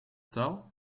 taal